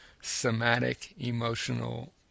somatic-emotional